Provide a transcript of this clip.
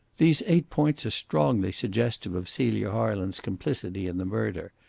these eight points are strongly suggestive of celia harland's complicity in the murder.